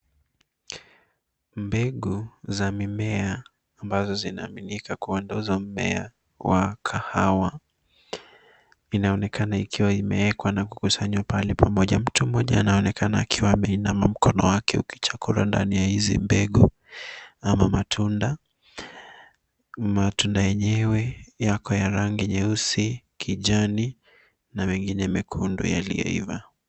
Mbegu za mimea ambazo zinaaminika kuwa ndo za mmea wa kahawa, inaonekana ikiwa imewekwa na kukusanywa pahali pamoja. Mtu mmoja anaonyeshwa akiwa ameinama, mkono wake ukichakura ndani ya hizi mbegu ama matunda. Matunda yenyewe yako ya rangi nyeusi, kijani na mengine mekundu yaliyoiva.